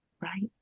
Right